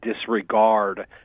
disregard